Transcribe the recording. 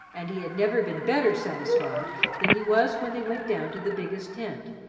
and he had never been better satisfied than he was when they went down to the biggest tent,